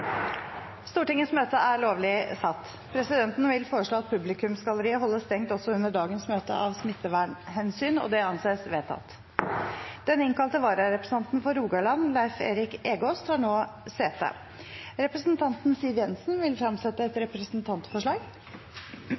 dagens møte av smittevernhensyn, og det anses vedtatt. Den innkalte vararepresentanten for Rogaland, Leif Erik Egaas , tar nå sete. Representanten Siv Jensen vil fremsette et representantforslag.